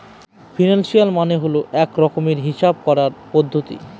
finance মানে হয় এক রকমের হিসাব করার পদ্ধতি